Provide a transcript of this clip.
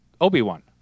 Obi-Wan